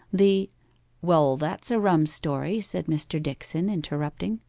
the well, that's a rum story said mr. dickson, interrupting.